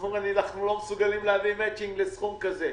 הם אמרו: אנחנו לא מסוגלים להביא מאצ'ינג לסכום כזה.